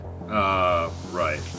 right